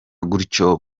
gutyo